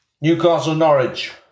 Newcastle-Norwich